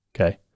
okay